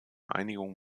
einigung